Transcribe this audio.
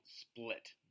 Split